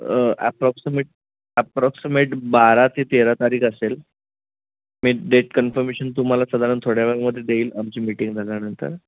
approximate approximate बारा ते तेरा तारीख असेल मी डेट कन्फमेशन तुम्हाला साधारण थोड्या वेळामध्ये देईल आमची मीटिंग झाल्यानंतर